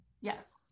Yes